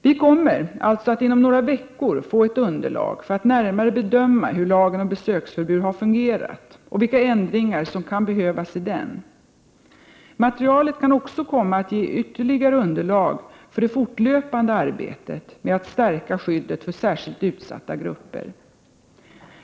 Vi kommer alltså inom några veckor att få ett underlag för att närmare bedöma hur lagen om besöksförbud har fungerat och vilka ändringar som kan behövas i den. Materialet kan också komma att ge ytterligare underlag för det fortlöpande arbetet att stärka skyddet för särskilt utsatta grupper.